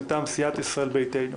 מטעם סיעת ישראל ביתנו.